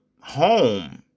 home